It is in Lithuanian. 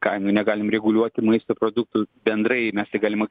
kainų negalim reguliuoti maisto produktų bendrai mes tik galim